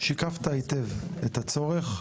שיקפת היטב את הצורך.